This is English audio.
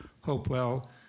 Hopewell